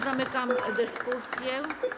Zamykam dyskusję.